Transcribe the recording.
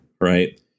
right